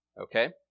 okay